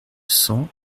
cent